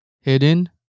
hidden